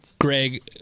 greg